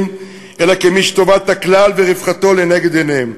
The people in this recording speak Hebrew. אלא כמי שטובת הכלל ורווחתו לנגד עיניהם.